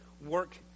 work